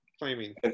claiming